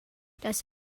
das